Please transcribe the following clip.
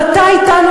אבל אתה אתנו,